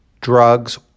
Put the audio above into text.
drugs